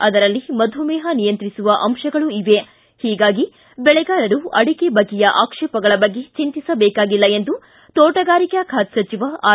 ಅದರಲ್ಲಿ ಮಧುಮೇಹ ನಿಯಂತ್ರಿಸುವ ಅಂತಗಳೂ ಇವೆ ಹೀಗಾಗಿ ಬೆಳೆಗಾರರು ಅಡಿಕೆ ಬಗ್ಗೆಯ ಆಕ್ಷೇಪಗಳ ಬಗ್ಗೆ ಚಿಂತಿಸಬೇಕಾಗಿಲ್ಲ ಎಂದು ತೋಟಗಾರಿಕಾ ಖಾತೆ ಸಚಿವ ಆರ್